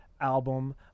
album